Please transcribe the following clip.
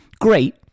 Great